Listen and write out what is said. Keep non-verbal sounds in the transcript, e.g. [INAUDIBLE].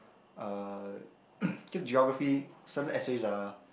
uh [COUGHS] geography certain essays are